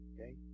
Okay